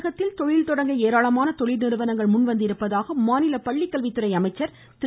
தமிழகத்தில் தொழில் தொடங்க ஏராளமான தொழில்நிறுவனங்கள் முன்வந்துள்ளதாக மாநில பள்ளிக்கல்வித்துறை அமைச்சர் திரு